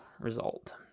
result